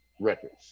Records